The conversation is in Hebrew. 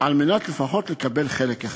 על מנת לפחות לקבל חלק אחד.